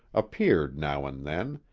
appeared now and then,